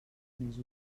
més